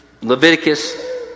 Leviticus